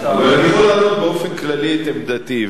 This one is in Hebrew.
אבל אני יכול לתת באופן כללי את עמדתי,